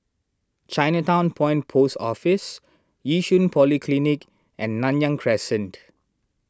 Chinatown Point Post Office Yishun Polyclinic and Nanyang Crescent